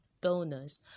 bonus